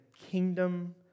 kingdom